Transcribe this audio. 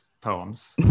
poems